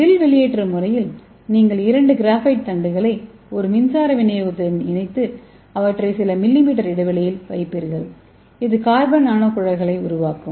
will வெளியேற்ற முறைமையில் நீங்கள் இரண்டு கிராஃபைட் தண்டுகளை ஒரு மின்சார விநியோகத்துடன் இணைத்து அவற்றை சில மில்லிமீட்டர் இடைவெளியில் வைப்பீர்கள் இது கார்பன் நானோகுழாய்களை உருவாக்கும்